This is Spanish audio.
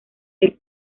del